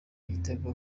igitego